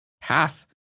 path